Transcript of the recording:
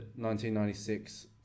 1996